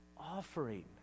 offering